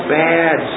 bad